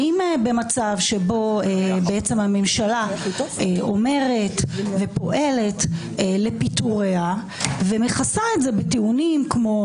האם במצב שבו הממשלה אומרת ופועלת לפיטוריה ומכסה את זה בטיעונים כמו: